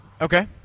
Okay